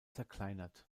zerkleinert